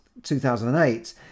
2008